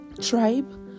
tribe